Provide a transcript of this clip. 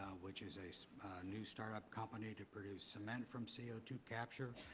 which is a new startup company to produce cement from c o two capture.